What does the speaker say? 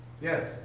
Yes